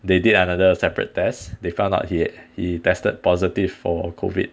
they did another separate test they found out he he tested positive for COVID